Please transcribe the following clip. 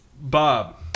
Bob